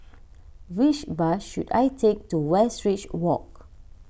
which bus should I take to Westridge Walk